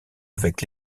avec